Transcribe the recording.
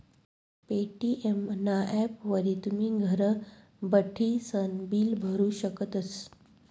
Paytm ना ॲपवरी तुमी घर बठीसन बिल भरू शकतस